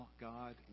God